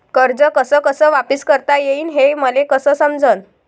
कर्ज कस कस वापिस करता येईन, हे मले कस समजनं?